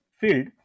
Field